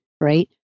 right